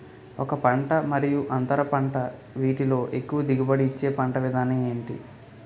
ఒక పంట మరియు అంతర పంట వీటిలో ఎక్కువ దిగుబడి ఇచ్చే పంట విధానం ఏంటి?